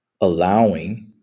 allowing